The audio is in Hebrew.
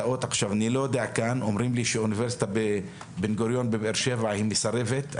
אומרים לי שאוניברסיטת בן גוריון בבאר שבע מסרבת.